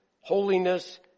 holiness